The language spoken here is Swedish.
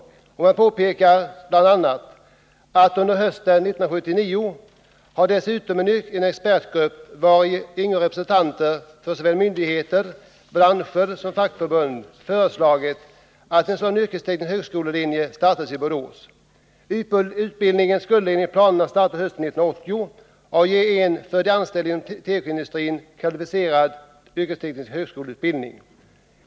Motionärerna påpekar att under hösten 1979 har en expertgrupp, vari ingår representanter för såväl myndigheter, bransch som fackförbund, föreslagit att en sådan teknisk högskolelinje startas i Borås. Utbildningen skulle enligt planerna starta hösten 1980 och ge en för de anställda inom tekoindustrin kvalificerad yrkesteknisk högskoleutbildning.